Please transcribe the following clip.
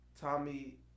Tommy